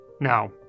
Now